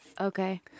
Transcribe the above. Okay